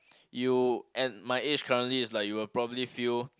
you at my age currently is like you'll probably feel